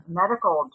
medical